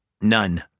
None